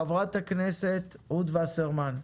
חברת הכנסת רות וסרמן,